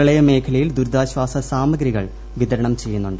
പ്രളയ മേഖലകളിൽ ദുരിതാശ്ചാസ സാമഗ്രികൾ വിതരണം ചെയ്യു ന്നുണ്ട്